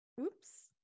oops